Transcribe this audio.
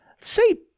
Say